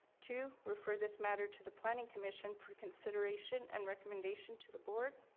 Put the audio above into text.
two, refer this matter to the planning commission for consideration and recommendation to the board,